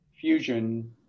fusion